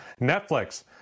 Netflix